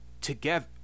together